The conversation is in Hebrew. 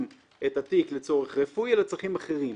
את התיק לצורך רפואי אלא צרכים אחרים,